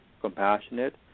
compassionate